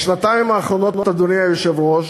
בשנתיים האחרונות, אדוני היושב-ראש,